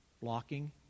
Blocking